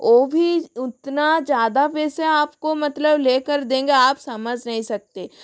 वह भी उतना ज़्यादा वैसे आपको मतलब लेकर देंगे आप समज नहीं सकते